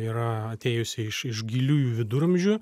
yra atėjusi iš iš giliųjų viduramžių